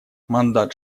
мандат